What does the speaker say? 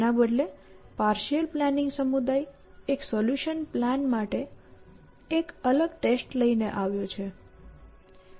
તેના બદલે partial planning સમુદાય એક સોલ્યુશન પ્લાન માટે એક અલગ ટેસ્ટ લઈને આવ્યો છે